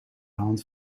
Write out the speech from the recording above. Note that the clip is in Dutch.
hand